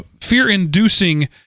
fear-inducing